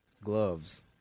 gloves